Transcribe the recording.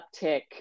uptick